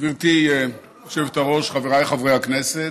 גברתי היושבת-ראש, חבריי חברי הכנסת,